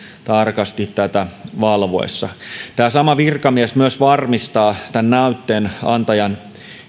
tarkasti tätä valvoessa tämä sama virkamies myös varmistaa tämän näytteen antajan